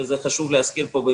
וחשוב להזכיר את זה פה,